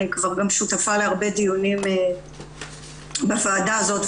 אני גם שותפה להרבה דיונים בוועדה הזאת,